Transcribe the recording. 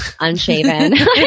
unshaven